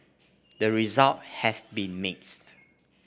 the results have been mixed